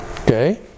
Okay